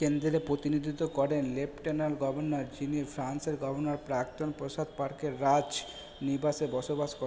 কেন্দ্রে প্রতিনিধিত্ব করেন লেফটেন্যান্ট গভর্নর যিনি ফ্রান্সের গভর্নর প্রাক্তন প্রসাদ পার্কের রাজ নিবাসে বসবাস করেন